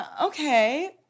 okay